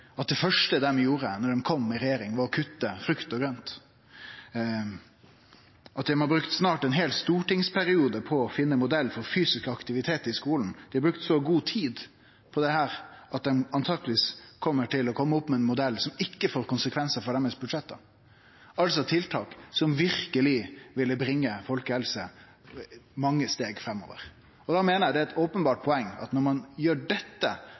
at det første dei gjorde da dei kom i regjering, var å kutte frukt og grønt, og at dei snart har brukt ein heil stortingsperiode på å finne ein modell for fysisk aktivitet i skolen. Dei har brukt så god tid på dette at dei antakeleg kjem til å kome opp med ein modell som ikkje får konsekvensar for budsjetta deira, altså tiltak som verkeleg ville bringe folkehelsa mange steg framover. Da meiner eg det er eit openbert poeng at når ein gjer dette